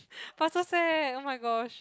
faster say oh-my-gosh